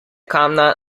kamna